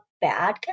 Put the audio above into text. bad